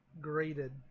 Graded